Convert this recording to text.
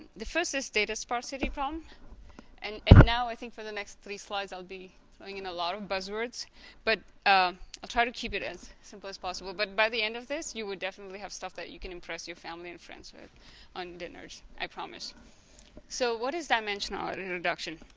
the first is data sparsity problem and and now i think for the next three slides i'll be throwing in a lot of buzzwords but i'll try to keep it as simple as possible but by the end of this you will definitely have stuff that you can impress your family and friends with on dinners i promise so what is dimensional reduction.